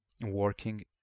working